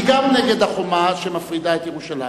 גם אני נגד החומה שמפרידה את ירושלים.